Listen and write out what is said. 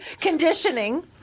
Conditioning